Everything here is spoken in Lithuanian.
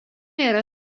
yra